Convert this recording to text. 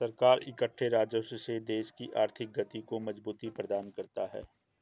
सरकार इकट्ठे राजस्व से देश की आर्थिक गति को मजबूती प्रदान करता है